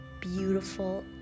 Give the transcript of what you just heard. beautiful